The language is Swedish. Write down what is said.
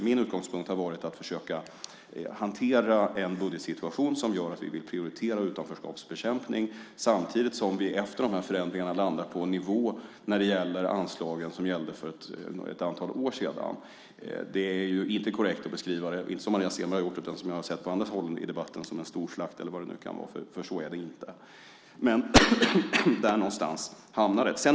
Min utgångspunkt har varit att försöka hantera en budgetsituation som gör att vi vill prioritera utanförskapsbekämpning samtidigt som vi efter förändringarna landar på anslag som gällde för ett antal år sedan. Det är inte korrekt att beskriva det - inte som Maria Stenberg har gjort, utan som jag sett på andra håll i debatten - som en stor slakt, eller vad det nu kan vara. Så är det inte. Men där någonstans hamnar det.